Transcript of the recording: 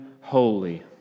holy